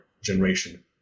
generation